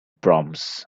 proms